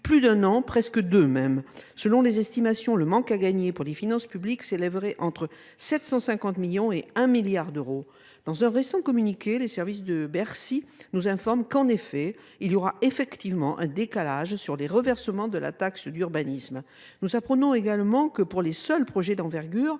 plus d’un an, presque deux. Selon les estimations, le manque à gagner pour les finances publiques s’élèverait entre 750 millions et 1 milliard d’euros ! Dans un récent communiqué, les services de Bercy nous informent qu’« il y aura effectivement un décalage sur les reversements de taxe d’urbanisme ». Nous apprenons également que, pour les seuls projets d’envergure,